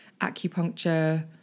acupuncture